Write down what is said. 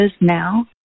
now